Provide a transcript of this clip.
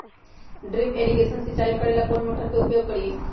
Drip irrigation सिंचाई करेला कौन सा मोटर के उपयोग करियई?